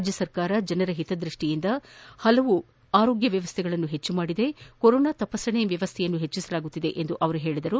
ರಾಜ್ಯ ಸರ್ಕಾರ ಜನರ ಹಿತರಕ್ಷಣೆಯ ದೃಷ್ಟಿಯಿಂದ ಹಲವು ಆರೋಗ್ಯ ವ್ಯವಸ್ಥೆಗಳನ್ನು ಹೆಚ್ಚುಮಾಡಿದೆ ಮತ್ತು ಕೊರೊನಾ ತಪಾಸಣೆ ವ್ಯವಸ್ಥೆಯನ್ನು ಹೆಚ್ಚಿಸಲಾಗುತ್ತಿದೆ ಎಂದರು